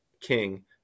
King